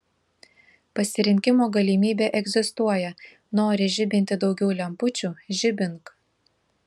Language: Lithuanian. pasirinkimo galimybė egzistuoja nori žibinti daugiau lempučių žibink